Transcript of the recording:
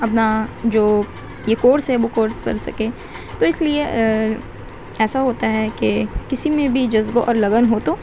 اپنا جو یہ کورس ہے وہ کورس کر سکے تو اس لیے ایسا ہوتا ہے کہ کسی میں بھی جذبہ اور لگن ہو تو